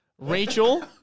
Rachel